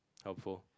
helpful